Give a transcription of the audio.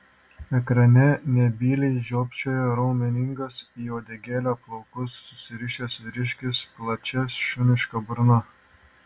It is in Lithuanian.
ekrane nebyliai žiopčiojo raumeningas į uodegėlę plaukus susirišęs vyriškis plačia šuniška burna